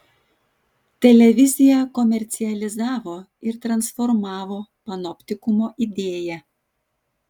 televizija komercializavo ir transformavo panoptikumo idėją